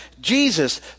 Jesus